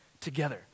together